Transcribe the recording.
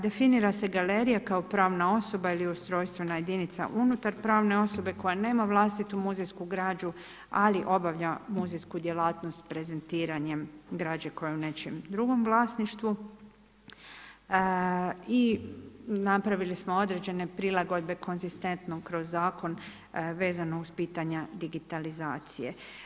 Definira se galerija kao pravna osoba ili ustrojstvena jedinica unutar pravne osobe koja nema vlastitu muzejsku građu, ali obavlja muzejsku djelatnost prezentiranjem građe koja je u nečijem drugom vlasništvu i napravili smo određene prilagodbe konzistentno kroz zakon vezano uz pitanja digitalizacije.